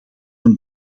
een